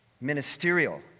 ministerial